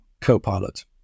co-pilot